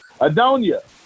Adonia